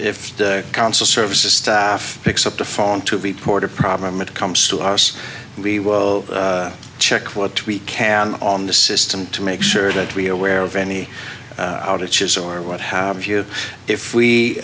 if the council services staff picks up the phone to report a problem it comes to us we will check what we can on the system to make sure that we're aware of any outages or what have you if we